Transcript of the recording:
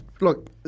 look